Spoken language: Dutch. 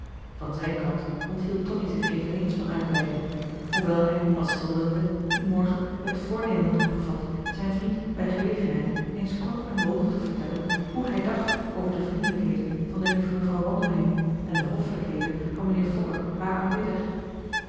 van zijn kant onthield tonie zich eveneens van uitweidingen hoewel hij al schilderende dien morgen het voornemen had opgevat zijn vriend bij gelegenheid eens kort en bondig te vertellen hoe hij dacht over de vriendelijkheden van de lieve mevrouw wandelheem en de hoffelijkheden van mijnheer fokke haar aanbidder